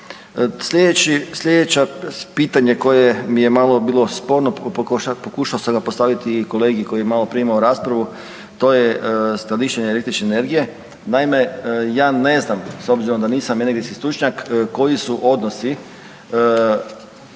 Slijedeće pitanje koje mi je malo bilo sporno pokušao sam ga postaviti i kolegi koji je maloprije imao raspravu, to je skladištenje električne energije. Naime, ja ne znam s obzirom da nisam energetski stručnjak koji su odnosi